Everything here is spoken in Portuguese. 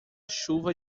chuva